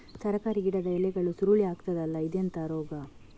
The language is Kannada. ತರಕಾರಿ ಗಿಡದ ಎಲೆಗಳು ಸುರುಳಿ ಆಗ್ತದಲ್ಲ, ಇದೆಂತ ರೋಗ?